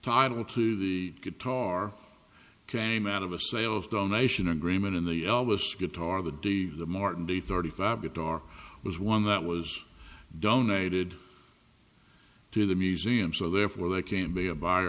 title to the guitar came out of a sales donation agreement in the elvis guitar the di martin the thirty five guitar was one that was donated to the museum so therefore they can be a buyer